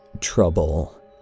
trouble